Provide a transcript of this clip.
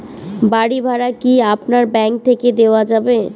বাড়ী ভাড়া কি আপনার ব্যাঙ্ক থেকে দেওয়া যাবে?